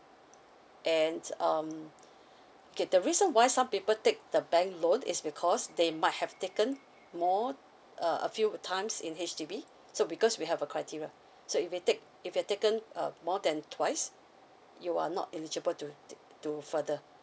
and um okay the reason why some people take the bank loan is because they might have taken more a a few times in H_D_B so because we have a criteria so if it take if you've taken uh more than twice you are not eligible to to to further